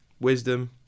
Wisdom